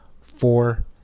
four